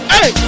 Hey